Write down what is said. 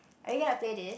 are you gonna play this